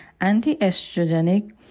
anti-estrogenic